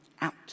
out